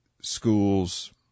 schools